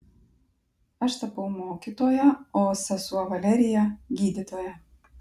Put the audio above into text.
aš tapau mokytoja o sesuo valerija gydytoja